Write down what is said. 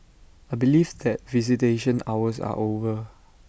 I believe that visitation hours are over